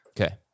Okay